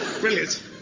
Brilliant